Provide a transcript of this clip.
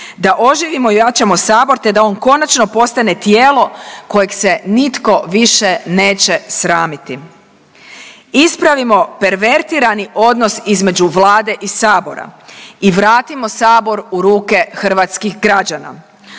da oživimo i ojačamo sabor, te da on konačno postane tijelo kojeg se nitko više neće sramiti, ispravimo pervertirani odnos između Vlade i sabora i vratimo sabor u ruke hrvatskih građana.